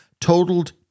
totaled